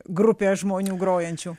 grupė žmonių grojančių